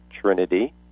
Trinity